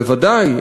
בוודאי,